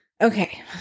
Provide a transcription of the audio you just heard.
Okay